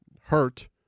hurt